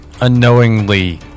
unknowingly